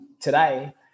today